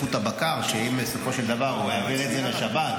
לזכות הבקר שאם בסופו של דבר הוא העביר את זה לשב"כ,